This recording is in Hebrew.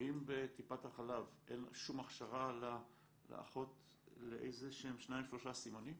האם בטיפת החלב אין שום הכשרה לאחות לאיזשהם שניים-שלושה סימנים?